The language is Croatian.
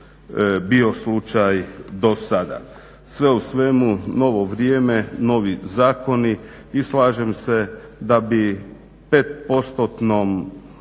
bio slučaj do sada. Sve u svemu novo vrijeme, novi zakoni i slažem se da bi 5%-tnu